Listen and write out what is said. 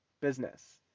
business